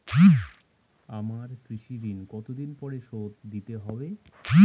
আমার কৃষিঋণ কতদিন পরে শোধ দিতে হবে?